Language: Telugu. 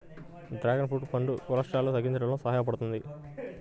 డ్రాగన్ ఫ్రూట్ పండు కొలెస్ట్రాల్ను తగ్గించడంలో సహాయపడుతుంది